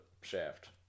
shaft